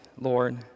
Lord